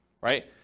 right